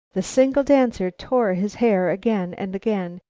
the single dancer tore his hair again and again,